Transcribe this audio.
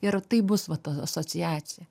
ir tai bus va ta asociacija